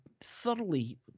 thoroughly